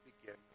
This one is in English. begin